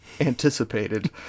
anticipated